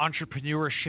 entrepreneurship